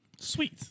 Sweet